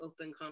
open